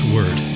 Word